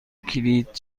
کلید